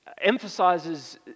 emphasizes